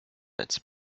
its